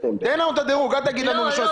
תן לנו את הדרוג, אל תגיד לנו ה-1 בספטמבר.